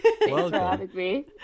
Welcome